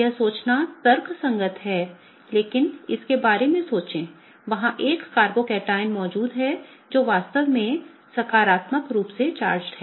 यह सोचना तर्कसंगत है लेकिन इसके बारे में सोचें वहां एक कार्बोकैटायन मौजूद है जो वास्तव में सकारात्मक रूप से चार्ज है